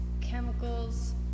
chemicals